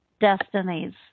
destinies